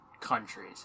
countries